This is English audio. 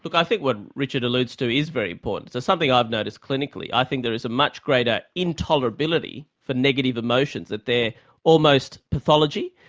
think what richard alludes to is very important. so something i've noticed clinically, i think there is a much greater intolerability for negative emotions, that they're almost pathology.